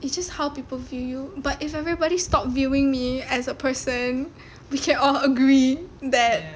it's just how people view you but everybody stop viewing me as a person we can all agree that